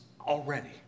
already